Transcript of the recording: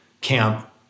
camp